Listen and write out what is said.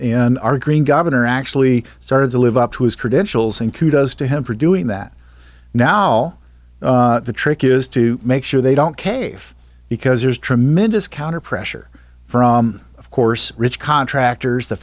in our green governor actually started to live up to his credentials and kudos to him for doing that now the trick is to make sure they don't cave because there's tremendous counter pressure from of course rich contractors the